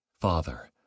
Father